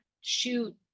shoot